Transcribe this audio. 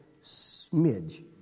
smidge